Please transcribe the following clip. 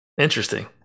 Interesting